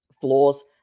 flaws